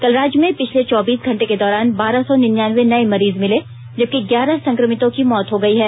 कल राज्य में पिछले चौबीस घंटे के दौरान बारह सौ निन्यानवें नए मरीज मिले जबकि ग्यारह संकमितों की मौत हो गयी है